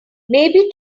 maybe